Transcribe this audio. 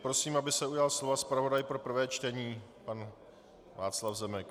Prosím, aby se ujal slova zpravodaj pro prvé čtení pan Václav Zemek.